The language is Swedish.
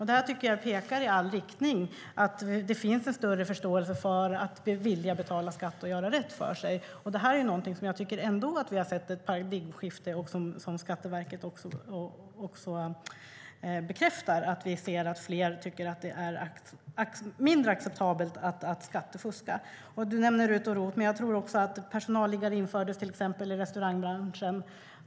Där tycker jag att riktningen pekar på att det finns en större förståelse och vilja att betala skatt och göra rätt för sig. Här har vi sett ett paradigmskifte, vilket också Skatteverket bekräftar. Allt fler tycker att det är mindre acceptabelt att skattefuska. Du nämner RUT och ROT, men vi införde till exempel personaliggare i restaurangbranschen.